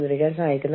ഐകൃ രാഷ്ട്രങ്ങൾ